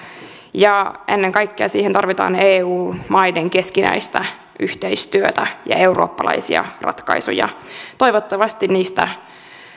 ja ennen kaikkea siihen tarvitaan eu maiden keskinäistä yhteistyötä ja eurooppalaisia ratkaisuja toivottavasti niistä